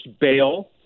bail